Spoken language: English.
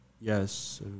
Yes